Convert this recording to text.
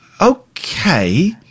okay